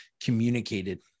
communicated